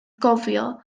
gofio